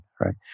right